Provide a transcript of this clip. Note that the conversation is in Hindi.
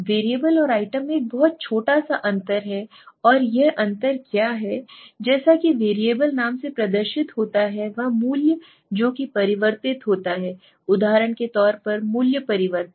वेरिएबल और आइटम में बहुत छोटा सा अंतर है और यह अंतर क्या है जैसा कि वेरिएबल नाम से प्रदर्शित होता है वह मूल्य जो कि परिवर्तित होता है उदाहरण के तौर पर मूल्य परिवर्तन